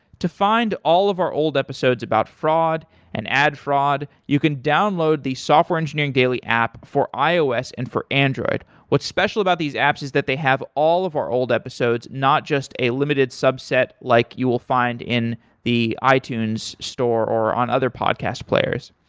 to find all of our old episodes about fraud and ad fraud, you can download the software engineering daily app for ios and for android. what's special about these apps is that they have all of our old episodes, not just a limited subset like you will find in the itunes store or on other podcast players.